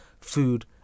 food